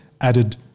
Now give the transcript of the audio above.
added